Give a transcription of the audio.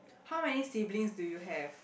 how many siblings do you have